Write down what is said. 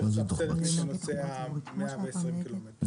צריך לסבסד מי שנוסע 120 קילומטר,